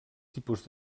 tipus